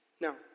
Now